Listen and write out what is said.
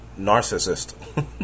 narcissist